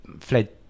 fled